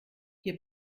hier